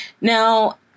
now